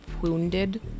wounded